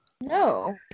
No